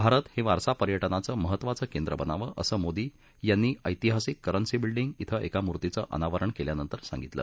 भारत हे वारसा पर्यटनाचं महत्त्वाचं केंद्र बनावं असं मोदी यांनी ऐतिहासिक करन्सी बिल्डींग ॐ एका मूर्तीचं अनावरण केल्यानंतर सांगितलं